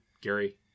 gary